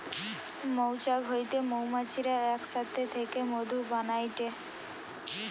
মৌচাক হইতে মৌমাছিরা এক সাথে থেকে মধু বানাইটে